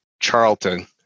Charlton